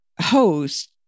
host